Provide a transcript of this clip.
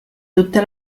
tutta